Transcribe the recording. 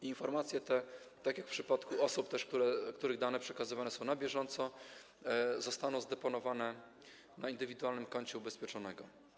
Informacje te, tak jak w przypadku osób, których dane przekazywane są na bieżąco, zostaną zdeponowane na indywidualnym koncie ubezpieczonego.